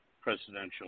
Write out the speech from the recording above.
presidential